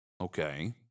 Okay